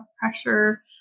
pressure